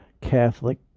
Catholic